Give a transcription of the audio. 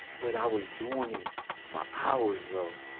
but i was doing it for hours though